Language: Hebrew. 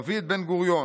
דוד בן-גוריון,